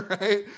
right